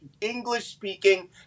English-speaking